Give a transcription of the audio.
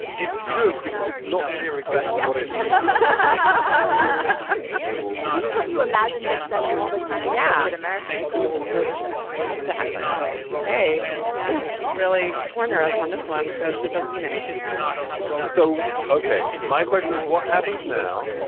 it's good because it's not clear exactly what it means but ah which is what you imagine gets said all the time. yeah. but america. given the slogans that are coming exactly like hey you can really corner us on this one because that doesn't mean anything so. ok. my question is what happens now.